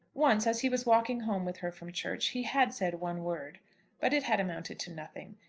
once, as he was walking home with her from church, he had said one word but it had amounted to nothing.